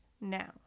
now